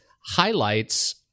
highlights